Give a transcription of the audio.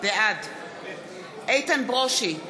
בעד איתן ברושי,